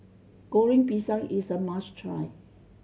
Goreng Pisang is a must try